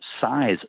size